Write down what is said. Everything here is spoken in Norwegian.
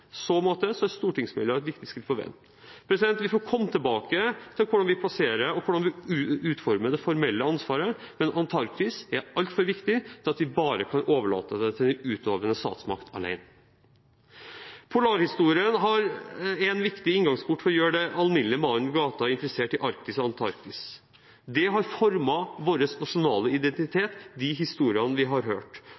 så måte er stortingsmeldingen et viktig skritt på veien. Vi får komme tilbake til hvordan vi plasserer og utformer det formelle ansvaret – men Antarktis er altfor viktig til at vi kan overlate det til den utøvende statsmakt alene. Polarhistorien er en viktig inngangsport for å gjøre den alminnelige mann i gata interessert i Arktis og Antarktis. De historiene vi har hørt, har formet vår nasjonale